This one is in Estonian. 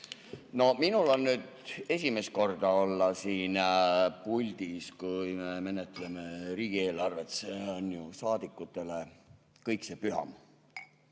Minul on nüüd esimest korda olla siin puldis, kui me menetleme riigieelarvet. See on ju saadikutele kõikse püham,